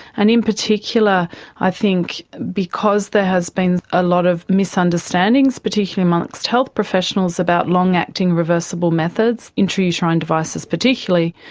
and in particular i think because there has been a lot of misunderstandings, particularly amongst health professionals, about long acting reversible methods, intrauterine devices particularly,